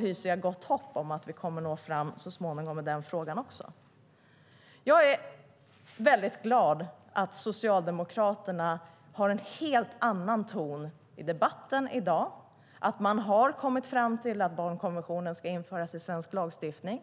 hyser jag gott hopp om att vi så småningom kommer att nå fram i den frågan också. Jag är väldigt glad att Socialdemokraterna har en helt annan ton i debatten i dag och att man har kommit fram till att barnkonventionen ska införas i svensk lagstiftning.